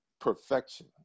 perfection